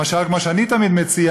למשל כמו שאני תמיד מציע,